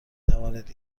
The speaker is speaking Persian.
توانید